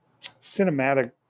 cinematic